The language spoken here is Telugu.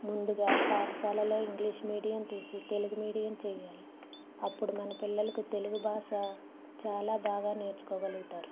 ముందుగా పాఠశాలలో ఇంగ్లీష్ మీడియం తీసి తెలుగు మీడియం చెయ్యాలి అప్పుడు మన పిల్లలకు తెలుగు భాష చాలా బాగా నేర్చుకోగలుగుతారు